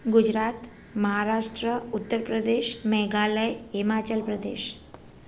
Gujarat Maharashtra Uttar Pradesh Meghalaya Himachal Pradesh